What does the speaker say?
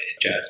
jazz